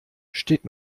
steht